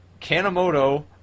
Kanemoto